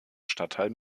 stadtteil